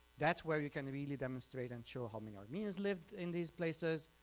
that's where you can really demonstrate and show how many armenians lived in these places,